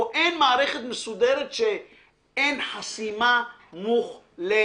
או אין מערכת מסודרת שאין חסימה מוחלטת